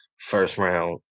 first-round